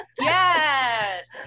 Yes